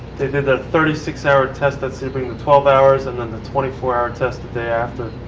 they did that thirty six hour test at sebring, the twelve hours and then the twenty four hour test the day after.